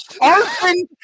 Arson